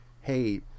hey